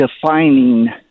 defining